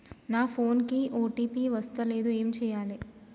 నా ఫోన్ కి ఓ.టీ.పి వస్తలేదు ఏం చేయాలే?